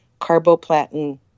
carboplatin